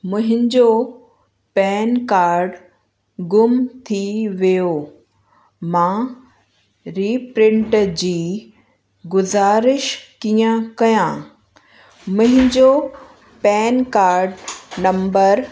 मुहिंजो pan card गुम थी वियो मां रीप्रिंट जी गुज़ारिश कीअं कयां मुंहिंजो पैन कार्ड नम्बर